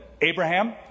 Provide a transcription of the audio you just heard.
Abraham